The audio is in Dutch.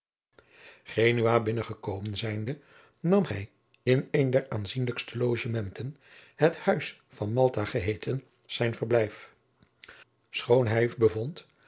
geest genua binnengekomen zijnde nam hij in een der aanzienlijkste logementen het huis van maltha geheeten zijn verblijf schoon hij